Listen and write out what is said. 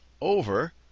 over